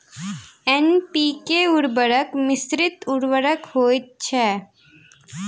NPK उर्वरक मिश्रित उर्वरक होइत छै